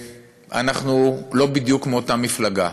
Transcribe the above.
אנחנו לא בדיוק מאותה מפלגה,